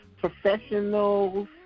professionals